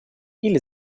или